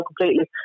completely